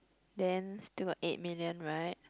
then still got eight million right